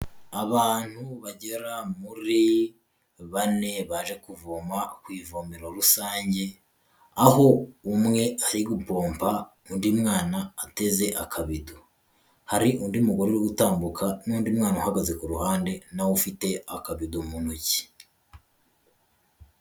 Abantu bagera muri bane baje kuvoma ku ivomero rusange, aho umwe ari gupompa undi mwana ateze akabido. Hari undi mugore uri gutambuka n'undi mwana uhagaze ku ruhande na we ufite akadido mu ntoki.